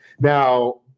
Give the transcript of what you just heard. Now